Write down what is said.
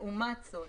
לעומת זאת,